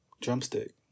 Drumstick